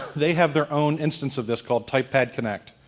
they have their own instance of this called typepad connect.